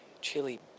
Chili